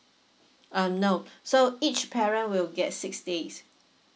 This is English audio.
uh nope so each parent will get six days